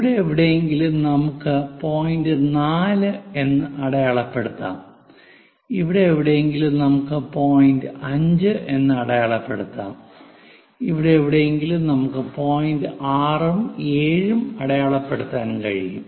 ഇവിടെ എവിടെയെങ്കിലും നമുക്ക് പോയിന്റ് 4 എന്ന് അടയാളപ്പെടുത്താം ഇവിടെ എവിടെയെങ്കിലും നമുക്ക് പോയിന്റ് 5 എന്ന് അടയാളപ്പെടുത്താം ഇവിടെ എവിടെയെങ്കിലും നമുക്ക് പോയിന്റ് 6 ഉം 7 ഉം അടയാളപ്പെടുത്താൻ കഴിയും